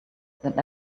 that